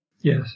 Yes